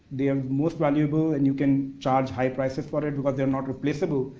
they're most valuable and you can charge high prices for it because they're not replaceable,